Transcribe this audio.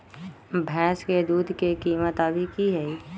भैंस के दूध के कीमत अभी की हई?